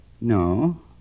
No